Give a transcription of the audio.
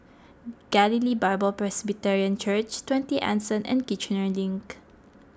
Galilee Bible Presbyterian Church twenty Anson and Kiichener Link